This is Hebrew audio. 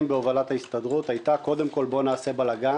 בהובלת ההסתדרות הייתה: קודם כול בואו נעשה בלגן,